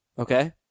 Okay